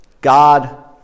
God